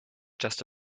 just